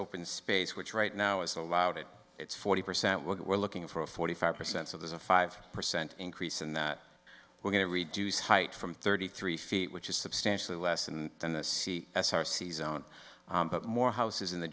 open space which right now is allowed it it's forty percent we're looking for a forty five percent so there's a five percent increase in that we're going to reduce height from thirty three feet which is substantially less and then the c s r c zone but more houses in the